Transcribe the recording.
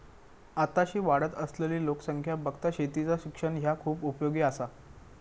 आताशी वाढत असलली लोकसंख्या बघता शेतीचा शिक्षण ह्या खूप उपयोगी आसा